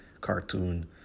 cartoon